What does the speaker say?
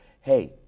hey